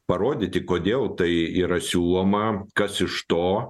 parodyti kodėl tai yra siūlomam kas iš to